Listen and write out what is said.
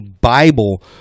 bible